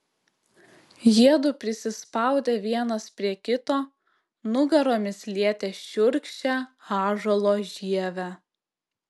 jiedu prisispaudė vienas prie kito nugaromis lietė šiurkščią ąžuolo žievę